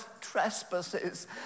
trespasses